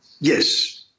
Yes